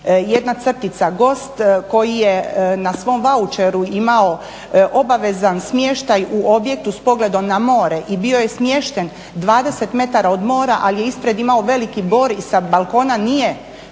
jedna crtica koji je na svom vaučeru imao obavezan smještaj u objektu s pogledom na more i bio je smješten 20m od mora ali je ispred imao veliki bor i sa balkona nije vidio